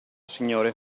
signore